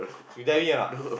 you dare me or not